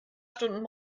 stunden